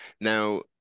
now